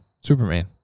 Superman